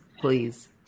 please